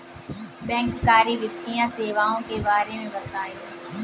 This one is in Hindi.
बैंककारी वित्तीय सेवाओं के बारे में बताएँ?